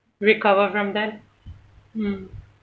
recover from that mm